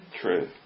True